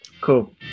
Cool